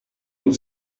und